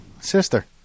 sister